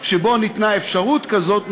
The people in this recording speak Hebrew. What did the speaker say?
שבו ניתנה אפשרות כזאת,